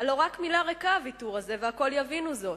הלוא רק מלה ריקה הוויתור הזה והכול יבינו זאת,